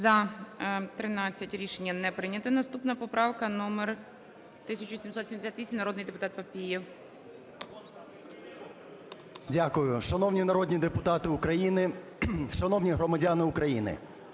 За-13 Рішення не прийнято. Наступна поправка номер 1778. Народний депутат Папієв. 16:24:06 ПАПІЄВ М.М. Дякую. Шановні народні депутати України, шановні громадяни України!